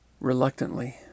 reluctantly